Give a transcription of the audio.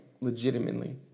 legitimately